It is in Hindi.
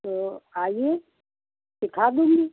तो आइए सिखा दूँगी